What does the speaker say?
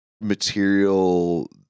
material